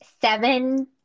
Seven